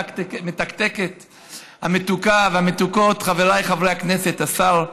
המתקתקת המתוקה, והמתוקות, חבריי חברי הכנסת, השר,